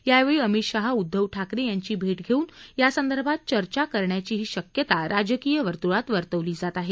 यावेळी अमित शाह उद्धव ठाकरे यांची भेट घेऊन यासंदर्भात चर्चा करण्याचीही शक्यता राजकीय वर्त्वळात वर्तवली जात आहे